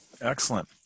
excellent